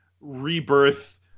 rebirth